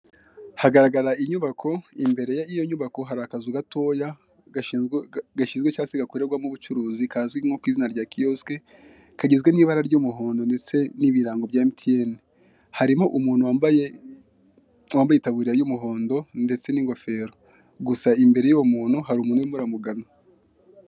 Hagaragara inyubako, imbere y'iyo nyubako hari akazu gatoya gashinzwe cyangwa se gakoreramo ubucuruzi kazwi nko ku izina rya kiyosike, kagizwe n'ibara ry'umuhondo ndetse n'ibirango bya emutiyeni, harimo umuntu wambaye itaburiya y'umuhondo ndetse n'ingofero, gusa imbere y'uwo muntu hari umuntu urimo uramugana.